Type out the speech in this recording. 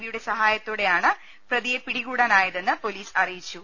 പിയുടെ സഹാ യത്തോടെയാണ് പ്രതിയെ പിടികൂടാനായതെന്ന് പൊലീസ് അറിയിച്ചു